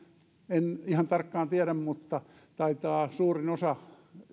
en ihan tarkkaan tiedä mutta tänä päivänä taitaa suurin osa